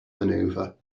maneuver